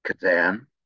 Kazan